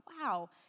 wow